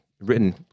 written